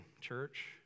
church